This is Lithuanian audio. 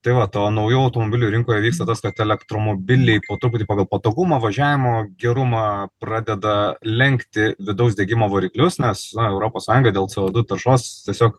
tai vat o naujų automobilių rinkoje vyksta tas kad elektromobiliai po truputį pagal patogumą važiavimo gerumą pradeda lenkti vidaus degimo variklius nes europos sąjunga dėl co du taršos tiesiog